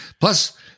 Plus